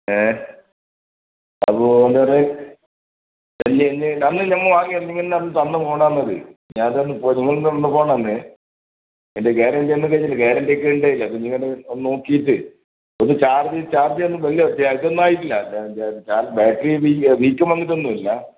ഏഹ് അതുപോലൊരു അന്ന് ഞമ്മൾ വാങ്ങിയ നിങ്ങൾ തന്നെ അന്ന് തന്ന ഫോണാണത് ഞാൻ അതാണിപ്പോൾ നിങ്ങൾ തന്നെ തന്ന ഫോണാന്ന് അതിൻ്റെ ഗാരണ്ടി ഒന്നും കഴിഞ്ഞിട്ടില്ല ഗാരണ്ടിയൊക്കെ ഉണ്ടതിൽ അത് നിങ്ങൾ ഒന്നുനോക്കീട്ട് ഒന്ന് ചാർജ് ചാർജ് വലിയ വ്യത്യാസോന്നുമായിട്ടില്ല ചാർജ് ബാറ്ററി വീക്ക് വീക്കം വന്നിട്ടൊന്നുമില്ല